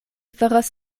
faras